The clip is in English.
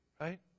right